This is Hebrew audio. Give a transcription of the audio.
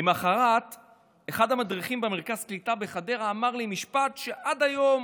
למוחרת אחד המדריכים במרכז הקליטה בחדרה אמר לי משפט שעד היום